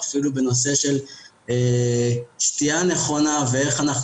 אפילו בנושא של שתייה נכונה ואיך אנחנו